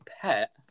pet